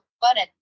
button